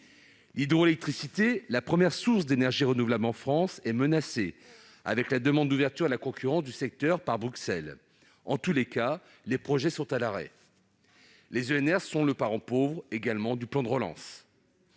L'hydroélectricité, première source d'énergie renouvelable en France, est menacée par la demande d'ouverture à la concurrence du secteur par Bruxelles. En tout cas, les projets sont à l'arrêt. Les EnR sont aussi le parent pauvre du plan de relance.